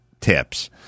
tips